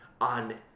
on